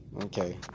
Okay